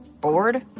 bored